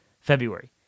February